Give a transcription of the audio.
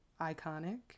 iconic